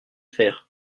faire